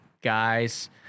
guys